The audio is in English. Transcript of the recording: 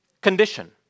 condition